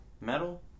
metal